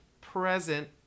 present